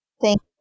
Thank